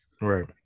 Right